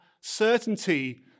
certainty